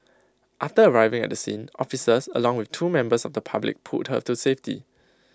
after arriving at the scene officers along with two members of the public pulled her to safety